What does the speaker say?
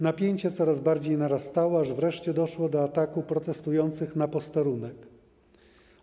Napięcie coraz bardziej narastało, aż wreszcie doszło do ataku protestujących na posterunek.